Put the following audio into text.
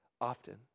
often